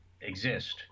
exist